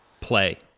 Play